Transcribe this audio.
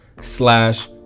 slash